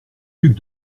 duc